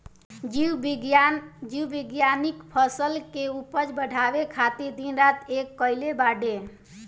जीव विज्ञानिक फसल के उपज बढ़ावे खातिर दिन रात एक कईले बाड़े